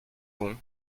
bon